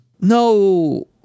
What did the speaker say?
No